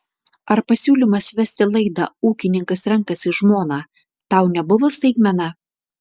ar pasiūlymas vesti laidą ūkininkas renkasi žmoną tau nebuvo staigmena